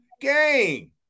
game